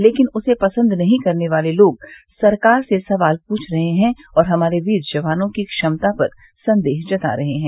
लेकिन उन्हें पसंद नहीं करने वाले लोग सरकार से सवाल पूछ रहे हैं और हमारे वीर जवानों की क्षमतापर संदेह जता रहे हैं